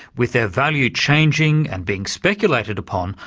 with their value changing, and being speculated upon,